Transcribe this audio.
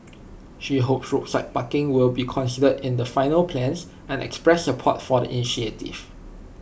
she hopes roadside parking will be considered in the final plans and expressed support for the initiative